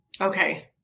Okay